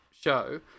show